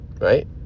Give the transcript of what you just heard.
right